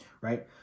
right